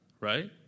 right